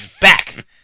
Back